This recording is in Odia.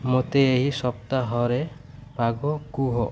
ମୋତେ ଏହି ସପ୍ତାହରେ ପାଗ କୁହ